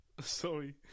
Sorry